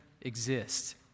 exist